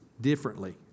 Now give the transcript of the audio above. differently